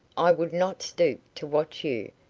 i would not stoop to watch you,